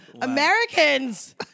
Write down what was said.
Americans